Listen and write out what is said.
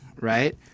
right